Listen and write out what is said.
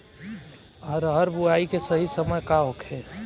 अरहर बुआई के सही समय का होखे?